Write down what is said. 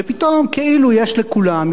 ופתאום כאילו יש לכולם,